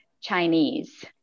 Chinese